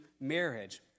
marriage